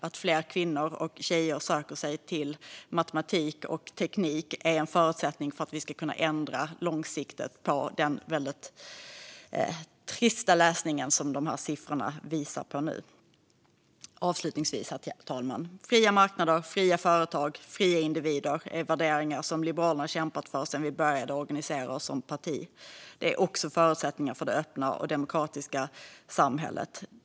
Att fler kvinnor och tjejer söker sig till matematik och teknik är en förutsättning för att vi långsiktigt ska kunna ändra på detta. Dessa siffror är en väldigt trist läsning. Avslutningsvis, herr talman: Fria marknader, fria företag och fria individer är värderingar som vi liberaler har kämpat för sedan vi började organisera oss som parti. De är också förutsättningar för det öppna och demokratiska samhället.